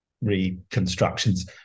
reconstructions